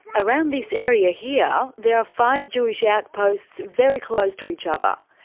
around this area here, there are five jewish outposts very close to each other.